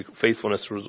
faithfulness